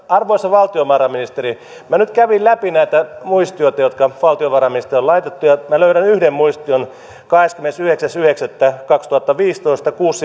arvoisa valtiovarainministeri minä nyt kävin läpi näitä muistioita jotka valtiovarainministeriöstä on laitettu ja minä löydän yhden muistion kahdeskymmenesyhdeksäs yhdeksättä kaksituhattaviisitoista kuusi